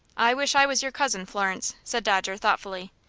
i wish i was your cousin, florence, said dodger, thoughtfully.